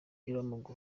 w’umupira